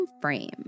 frame